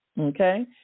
okay